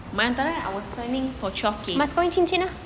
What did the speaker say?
my hantaran I'm finding for twelve K